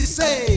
say